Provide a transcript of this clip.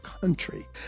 country